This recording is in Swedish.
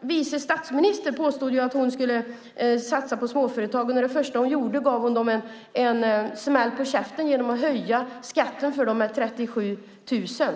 vice statsminister påstod ju att hon skulle satsa på småföretagen, men det första hon gjorde var att ge dem en smäll på käften genom att höja skatten för dem med 37 000.